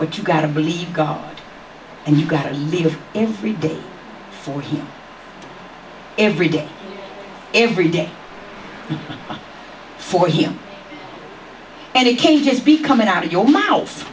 but you gotta believe god and you've got a little every day for him every day every day for him and it can't just be coming out of your mou